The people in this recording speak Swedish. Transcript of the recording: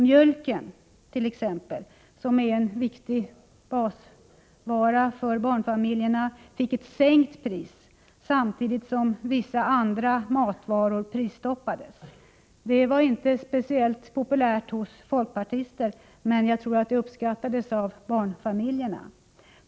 Mjölken t.ex., som är en viktig basvara för barnfamiljerna, fick ett sänkt pris, samtidigt som vissa andra matvaror prisstoppades. Det var inte speciellt populärt hos folkpartister, men jag tror att det uppskattades av barnfamiljerna.